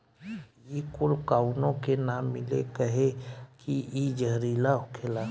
इ कूल काउनो के ना मिले कहे की इ जहरीला होखेला